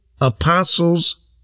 apostles